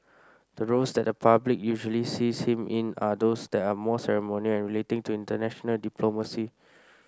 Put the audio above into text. the roles that the public usually sees him in are those that are more ceremonial and relating to international diplomacy